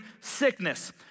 sickness